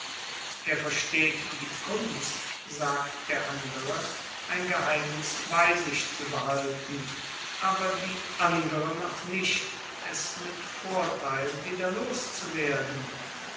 er versteht die kunst sagte der andere ein geheimnis bei sich zu behalten aber die andere noch nicht es mit vorteil wieder loszuwerden